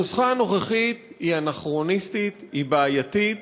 הנוסחה הנוכחית היא אנכרוניסטית, היא בעייתית,